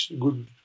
good